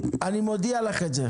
אני מודיע לך את זה.